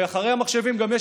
ואחרי המחשבים יש גם,